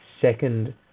second